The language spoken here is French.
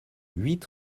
huit